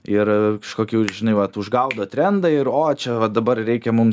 ir kažkokių žinai vat išgaudo trendą ir o čia va dabar reikia mum